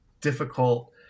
difficult